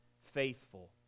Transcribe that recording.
faithful